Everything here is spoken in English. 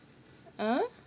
uh